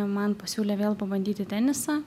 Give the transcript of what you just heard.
man pasiūlė vėl pabandyti tenisą